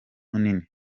munini